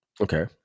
Okay